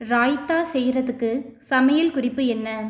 ராய்த்தா செய்கிறதுக்கு சமையல் குறிப்பு என்ன